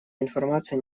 информация